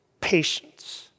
patience